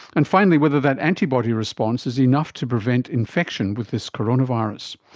and finally whether that antibody response is enough to prevent infection with this coronavirus.